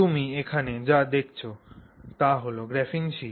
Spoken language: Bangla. তুমি এখানে যা দেখছ তা গ্রাফিন শীট